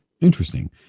Interesting